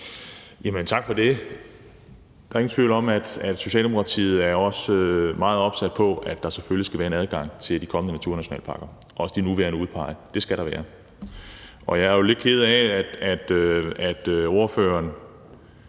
(S): Tak for det. Der er ingen tvivl om, at Socialdemokratiet også er meget opsat på, at der selvfølgelig skal være adgang til de kommende naturnationalparker, også de nuværende – det skal der være. Og jeg er jo lidt ked af, at spørgeren